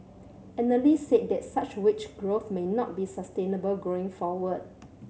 analysts said that such wage growth may not be sustainable going forward